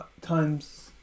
times